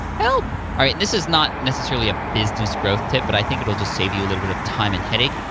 help! alright, and this is not necessarily a business growth tip, but i think it'll just save you a little bit of time and headache.